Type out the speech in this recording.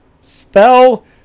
Spell